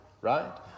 right